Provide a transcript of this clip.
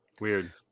weird